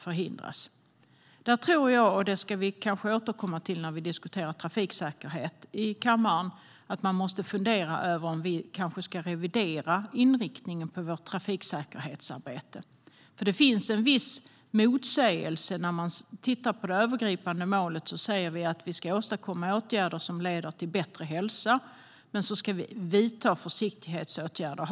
Vi ska kanske återkomma till det när vi diskuterar trafiksäkerhet i kammaren. Man måste fundera över om vi kanske ska revidera inriktningen på vårt trafiksäkerhetsarbete. Det finns en viss motsägelse när man tittar på det övergripande målet. Vi säger att vi ska åstadkomma åtgärder som leder till bättre hälsa men vidta försiktighetsåtgärder.